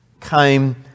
came